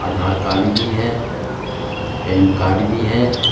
Aadhaar card بھی ہے PAN card بھی ہے